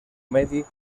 medi